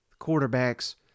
quarterbacks